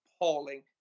appalling